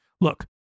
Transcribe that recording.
Look